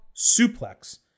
suplex